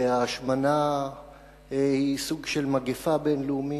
ההשמנה היא סוג של מגפה בין-לאומית,